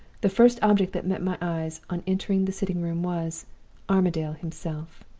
the first object that met my eyes, on entering the sitting-room, was armadale himself!